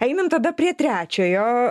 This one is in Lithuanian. einam tada prie trečiojo